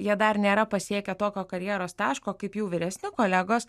jie dar nėra pasiekę tokio karjeros taško kaip jų vyresni kolegos